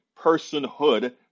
personhood